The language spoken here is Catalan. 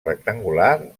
rectangular